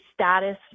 status